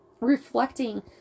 reflecting